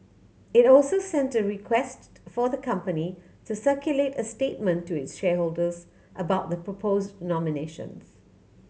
it also sent a request for the company to circulate a statement to its shareholders about the propose nominations